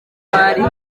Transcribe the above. kwari